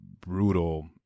brutal